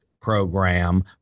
program